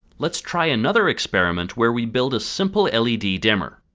let's try another experiment where we build a simple led dimmer.